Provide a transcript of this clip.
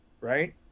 right